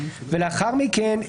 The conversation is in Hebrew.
לאחר מכן,